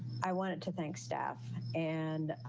i wanted to thank staff and